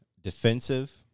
defensive